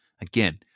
Again